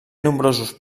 nombrosos